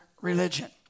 religion